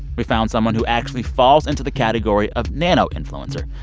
we found someone who actually falls into the category of nano-influencer,